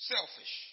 Selfish